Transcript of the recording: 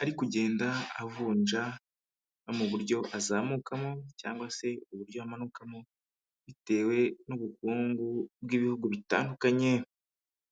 ari kugenda avunja mu buryo azamukamo cyangwa se uburyo amanukamo bitewe n'ubukungu bw'ibihugu bitandukanye.